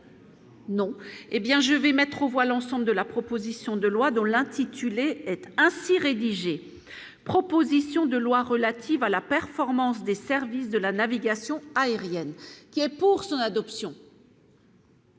Non, hé bien je vais mettre aux voix l'ensemble de la proposition de loi dont l'intitulé est ainsi rédigé : proposition de loi relative à la performance des services de la navigation aérienne, qui est pour son adoption.